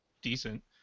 decent